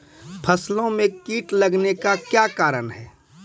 फसलो मे कीट लगने का क्या कारण है?